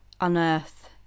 unearth